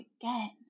again